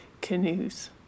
canoes